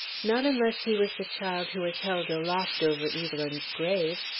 not unless he was the child who was held aloft over evelyn's grave.